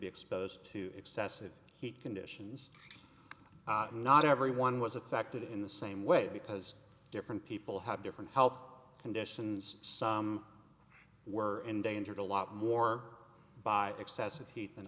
be exposed to excessive heat conditions not everyone was affected in the same way because different people have different health conditions some were endangered a lot more by excessive heat than